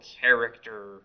character